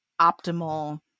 optimal